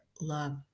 love